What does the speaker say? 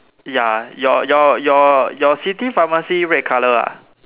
ya your your your your city pharmacy red colour ah